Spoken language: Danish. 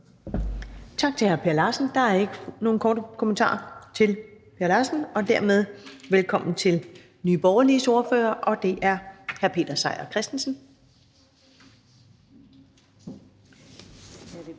Tak til hr. Per Larsen. Der er ikke nogen korte bemærkninger til hr. Per Larsen. Dermed velkommen til Nye Borgerliges ordfører, og det er hr. Peter Seier Christensen.